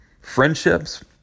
friendships